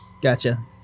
Gotcha